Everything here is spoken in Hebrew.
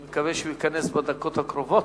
אני מקווה שהוא ייכנס בדקות הקרובות.